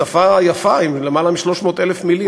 שפה יפה עם למעלה מ-300,000 מילים,